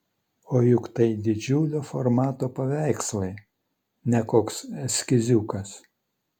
o juk tai didžiulio formato paveikslai ne koks eskiziukas